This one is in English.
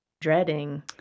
dreading